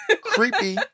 Creepy